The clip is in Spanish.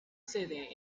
sede